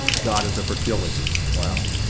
goddess of fertility. wow.